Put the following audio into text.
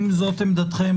אם זאת עמדתכם,